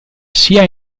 sia